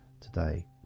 today